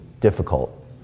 difficult